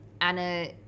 Anna